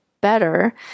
better